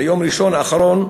ביום ראשון האחרון,